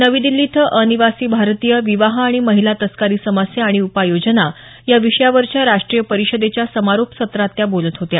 नवी दिल्ली इथं अनिवासी भारतीय विवाह आणि महिला तस्करी समस्या आणि उपाय योजना या विषयावरच्या राष्ट्रीय परिषदेच्या समारोप सत्रात त्या बोलत होत्या